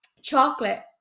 chocolate